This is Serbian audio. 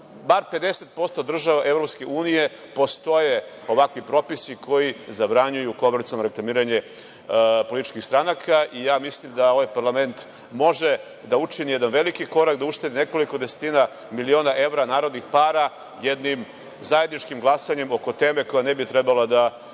bar 50% država EU postoje ovakvi propisi koji zabranjuju komercijalno reklamiranje političkih stranaka. Mislim da ovaj parlament može da učini jedan veliki korak, da uštedi nekoliko desetina miliona evra narodnih para jednim zajedničkim glasanjem oko teme koja ne bi trebala da bude